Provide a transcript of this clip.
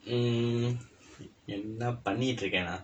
mm என்ன பண்ணிட்டு இருக்கிறேன்ன்:enna pannitdu irukkireen ah